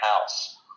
house